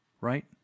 right